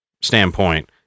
standpoint